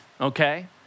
okay